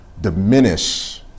diminish